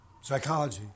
psychology